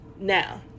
Now